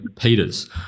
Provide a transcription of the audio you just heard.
Peters